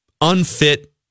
unfit